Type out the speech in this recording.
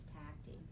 tactic